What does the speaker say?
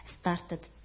started